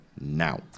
now